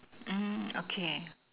um okay